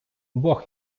бог